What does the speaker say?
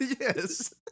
Yes